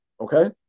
Okay